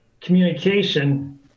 Communication